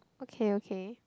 okay okay